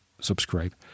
subscribe